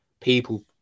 people